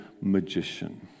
magician